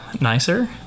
nicer